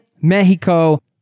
Mexico